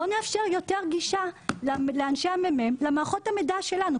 בואו נאפשר יותר גישה לאנשי המ.מ.מ למערכות המידע שלנו,